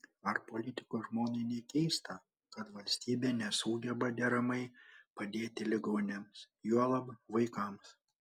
ar politiko žmonai nekeista kad valstybė nesugeba deramai padėti ligoniams juolab vaikams